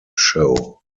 show